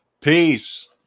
peace